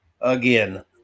Again